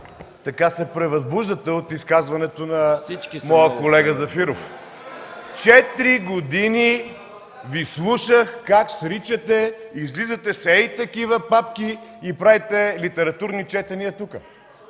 така се превъзбуждате от изказването на моя колега Зафиров? Четири години Ви слушах как сричате, излизате с ей такива папки и правите литературни четения тук.